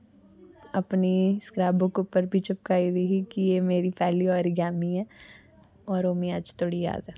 अपनी scrap book उप्पर बी चिपकाई दी ही कि एह् मेरी पैह्ली आरगैमी ऐ और मीं ओह् अज तोड़ी जाद ऐ